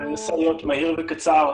אנסה להיות מהיר וקצר.